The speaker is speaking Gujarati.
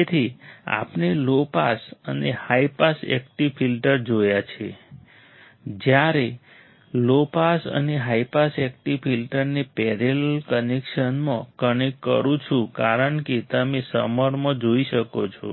તેથી આપણે લો પાસ અને હાઈ પાસ એક્ટિવ ફિલ્ટર જોયા છે જ્યારે હું લો પાસ અને હાઈ પાસ એક્ટિવ ફિલ્ટરને પેરેલલ કનેક્શનમાં કનેક્ટ કરું છું કારણ કે તમે સમરમાં જોઈ શકો છો